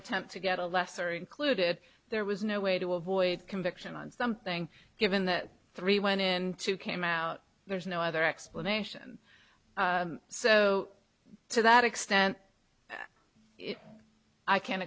attempt to get a lesser included there was no way to avoid conviction on something given that three went into came out there's no other explanation so to that extent i can